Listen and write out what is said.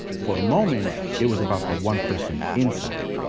for a moment, it was about the one person inside.